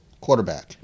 quarterback